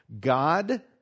God